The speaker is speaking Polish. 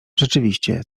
rzeczywiście